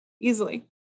easily